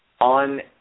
on